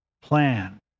plan